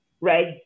right